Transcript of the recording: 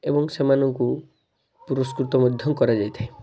ଏବଂ ସେମାନଙ୍କୁ ପୁରସ୍କୃତ ମଧ୍ୟ କରାଯାଇଥାଏ